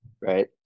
Right